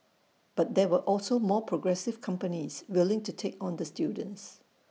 but there were also more progressive companies willing to take on the students